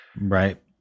right